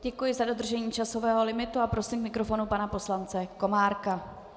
Děkuji za dodržení časového limitu a prosím k mikrofonu pana poslance Komárka.